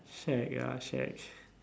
shag ah shag